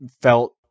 felt